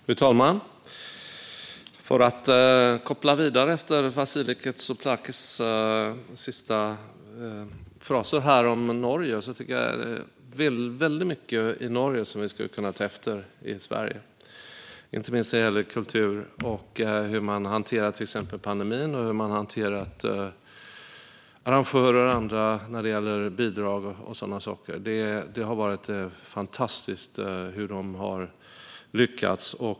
Fru talman! Jag ska koppla vidare från Vasiliki Tsouplakis sista fraser här om Norge. Det finns väldigt mycket i Norge som vi skulle kunna ta efter i Sverige. Det gäller inte minst kultur och hur man till exempel hanterat pandemin och arrangörer och andra när det gäller bidrag och sådana saker. Det har varit fantastiskt hur de har lyckats.